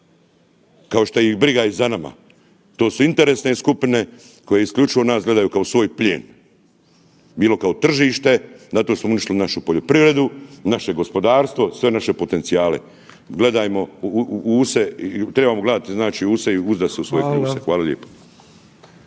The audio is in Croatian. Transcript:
Kao što ih briga i za nama, to su interesne skupine koje isključivo nas gledaju kao svoj plijen. Bilo kao tržište, zato su uništili našu poljoprivredu, naše gospodarstvo, sve naše potencijale. Gledajmo u se, trebamo gledati znači u se i uzdat se u svoje kljuse. Hvala lijepo.